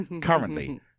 currently